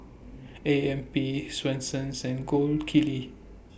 A M P Swensens and Gold Kili